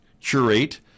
curate